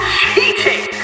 cheating